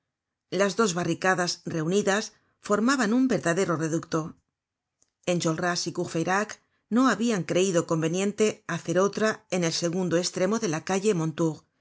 las dos barricadas reunidas formaban un verdadero reducto enjolras y courfeyrac no habian creido conveniente hacer otra en el segundo estremo de la calle